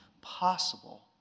possible